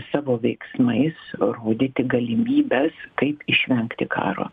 savo veiksmais rodyti galimybes kaip išvengti karo